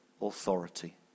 authority